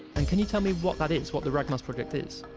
and can you tell me what that is? what the ragmask project is?